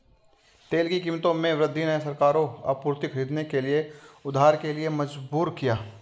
तेल की कीमतों में वृद्धि ने सरकारों को आपूर्ति खरीदने के लिए उधार के लिए मजबूर किया